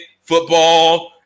football